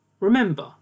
Remember